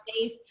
safe